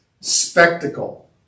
Spectacle